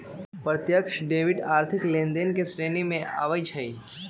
प्रत्यक्ष डेबिट आर्थिक लेनदेन के श्रेणी में आबइ छै